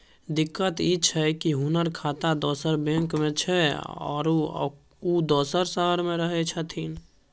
दिक्कत इ छै की हुनकर खाता दोसर बैंक में छै, आरो उ दोसर शहर में रहें छथिन